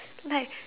like